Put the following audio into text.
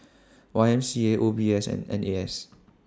Y M C A O B S and N A S